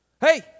Hey